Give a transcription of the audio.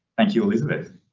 thank you elizabeth.